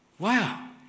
Wow